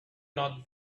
not